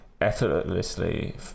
effortlessly